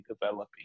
developing